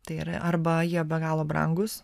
tai yra arba jie be galo brangūs